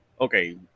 okay